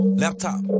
laptop